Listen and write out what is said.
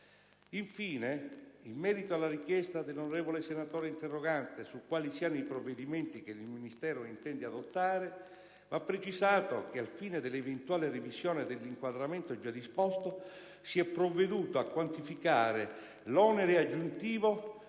Infine, in merito alla richiesta dell'onorevole senatore interrogante su quali siano i provvedimenti che il Ministero intende adottare, va precisato che, al fine della eventuale revisione dell'inquadramento già disposto, si è provveduto a quantificare l'onere aggiuntivo